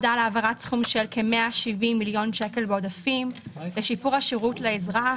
של כ-170 מיליון שקל בעודפים לשיפור השירות לאזרח